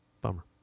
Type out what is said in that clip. Bummer